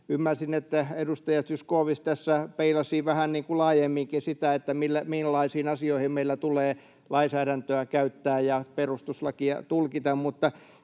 Ymmärsin, että edustaja Zyskowicz tässä peilasi vähän laajemminkin sitä, millaisiin asioihin meillä tulee lainsäädäntöä käyttää ja perustuslakia tulkita.